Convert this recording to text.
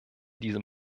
diesem